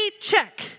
check